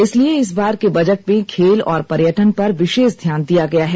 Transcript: इसलिए इस बार के बजट में खेल और पर्यटन पर विशेष ध्यान दिया गया हैं